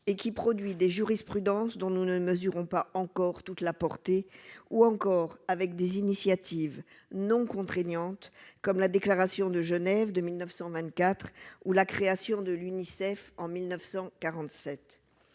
et qui produit des jurisprudences dont nous ne mesurons pas encore toute la portée, ou encore avec des initiatives non contraignante, comme la déclaration de Genève de 1924 ou la création de l'UNICEF en 1947